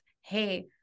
hey